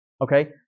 Okay